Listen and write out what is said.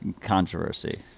controversy